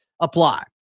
apply